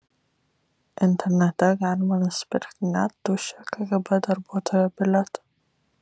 internete galima nusipirkti net tuščią kgb darbuotojo bilietą